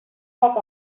talk